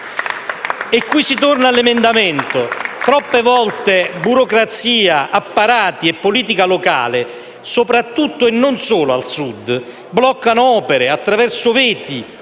E qui si torna all'emendamento. Troppe volte burocrazia, apparati e politica locale, soprattutto ma non solo al Sud, bloccano opere attraverso veti,